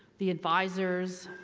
the advisors,